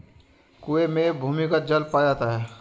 कुएं में भूमिगत जल पाया जाता है